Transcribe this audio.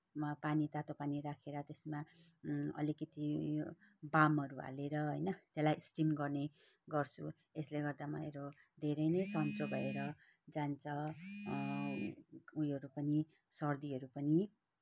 मा पानी तातो पानी राखेर त्यसमा अलिकति उयो बामहरू हालेर होइन त्यसलाई स्टिम गर्ने गर्छु यसले गर्दा मेरो धेरै नै सन्चो भएर जान्छ उयोहरू पनि सर्दीहरू पनि